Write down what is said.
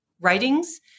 writings